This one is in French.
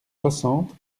soixante